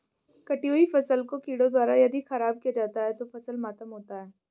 कटी हुयी फसल को कीड़ों द्वारा यदि ख़राब किया जाता है तो फसल मातम होता है